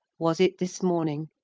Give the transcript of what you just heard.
was it this morning?